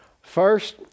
First